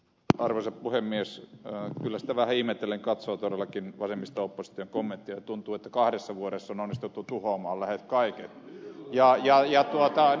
kyllä sitä vähän ihmetellen katsoo todellakin vasemmisto opposition kommentteja kun tuntuu että kahdessa vuodessa on onnistuttu tuhoamaan lähes kaikki